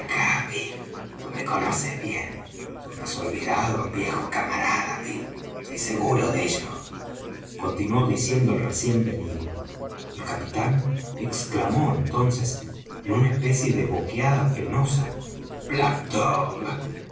bill tú me conoces bien tú no has olvidado á un viejo camarada bill estoy seguro de ello continuó diciendo el recién venido el capitán exclamó entonces en una especie de boqueada penosa black